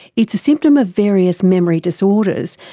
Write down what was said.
it's a symptom of various memory disorders,